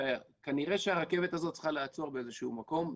וכנראה שהרכבת הזאת צריכה לעצור באיזה שהוא מקום,